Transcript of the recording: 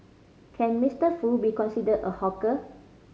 can Mister Foo be considered a hawker